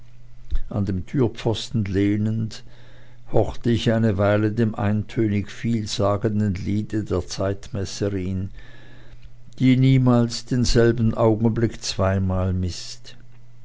an dem türpfosten lehnend horchte ich eine weile dem eintönig vielsagenden liede der zeitmesserin die niemals denselben augenblick zweimal mißt